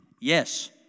Yes